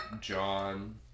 John